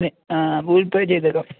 അതെ ആ Google Pay ചെയ്തേക്കാം